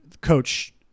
Coach